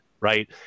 right